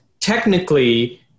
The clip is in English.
technically